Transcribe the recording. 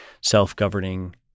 self-governing